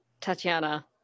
Tatiana